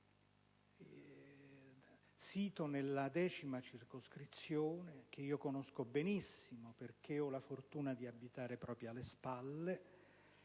sita nella X circoscrizione, che conosco benissimo avendo la fortuna di abitare proprio alle spalle